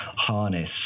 harness